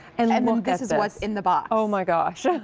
and i mean this is what's in the box. oh, my gosh. yeah